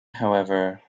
however